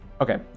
Okay